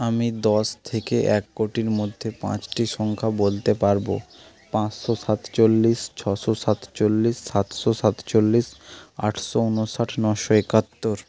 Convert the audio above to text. আমি দশ থেকে এক কোটির মধ্যে পাঁচটি সংখ্যা বলতে পারব পাঁচশো সাতচল্লিশ ছশো সাতচল্লিশ সাতশো সাতচল্লিশ আটশো উনষাট নশো একাত্তর